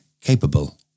capable